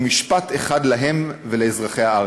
ומשפט אחד להם ולאזרחי הארץ.